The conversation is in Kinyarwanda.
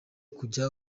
kujya